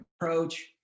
approach